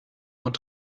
und